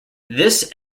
this